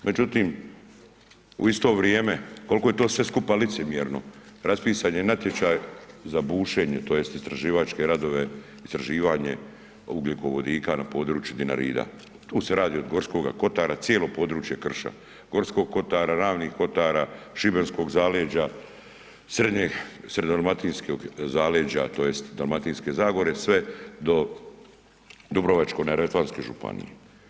Međutim, u isto vrijeme koliko je to sve skupa licemjerno, raspisan je natječaj za bušenje tj. za istraživačke radove, istraživanje ugljikovodika na području Dinarida, tu se radi od Gorskoga kotara, cijelo područje krša, Gorskog kotara, Ravnih kotara, šibenskog zaleđa, srednjodalmatinskog zaleđa, tj. Dalmatinske zagore, sve do Dubrovačko-neretvanske županije.